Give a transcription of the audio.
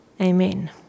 Amen